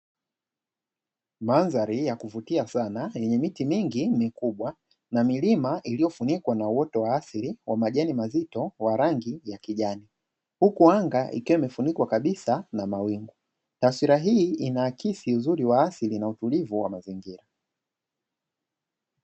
Mandhari ya kuvutia sana, yenye miti mingi mikubwa na milima iliyofunikwa na uoto wa asili wa majani mazito wa rangi ya kijani, huku anga ikiwa imefunikwa kabisa na mawingu. Taswira hii inaakisi uzuri wa asili na utulivu wa mazingira.